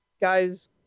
guys